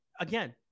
Again